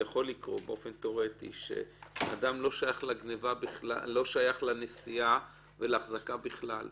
יכול לקרות באופן תיאורטי שאדם לא שייך לנשיאה ולהחזקה בכלל,